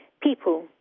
People